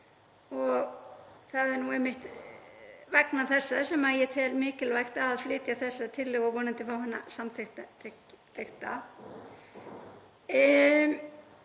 Það er einmitt vegna þessa sem ég tel mikilvægt að flytja þessa tillögu og vonandi fá hana samþykkta.